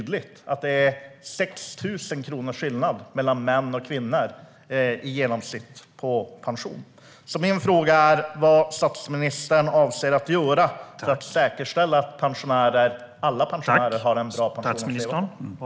Det är i genomsnitt 6 000 kronors skillnad i pension för män och kvinnor. Vad avser statsministern att göra för att säkerställa att alla pensionärer har en bra pension att leva på?